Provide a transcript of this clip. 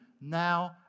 now